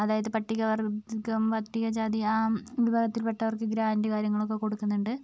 അതായത് പട്ടിക വർഗ്ഗം പട്ടിക ജാതി ആ വിഭാഗത്തിൽ പെട്ടവർക്ക് ഗ്രാൻ്റ് കാര്യങ്ങളൊക്കെ കൊടുക്കുന്നുണ്ട്